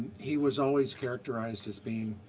he was always characterized as being